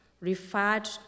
referred